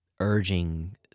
urging